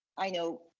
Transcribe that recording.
i know,